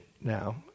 now